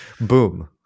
boom